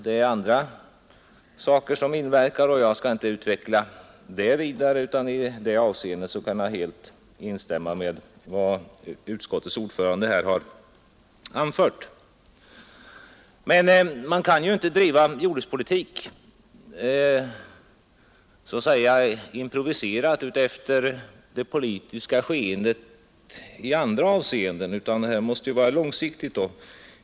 Det är andra faktorer som inverkar, och jag skall inte utveckla detta ytterligare, utan i det avseendet kan jag helt instämma med vad utskottets ordförande här anfört. Men man kan inte driva jordbrukspolitik improviserat utefter det politiska skeendet i andra avseenden, utan den måste vara långsiktig.